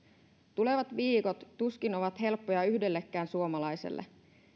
tulevat viikot tuskin ovat helppoja yhdellekään suomalaiselle